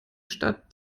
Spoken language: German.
stadt